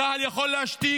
צה"ל יכול להשתיק